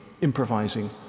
Improvising